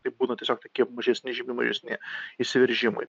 tai būna tiesiog tokie mažesni žymiai mažesni išsiveržimai